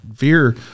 fear